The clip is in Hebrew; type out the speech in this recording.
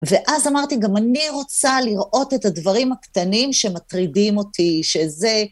ואז אמרתי, גם אני רוצה לראות את הדברים הקטנים שמטרידים אותי, שזה...